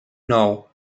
nou